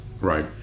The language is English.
Right